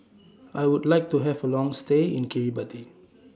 I Would like to Have A Long stay in Kiribati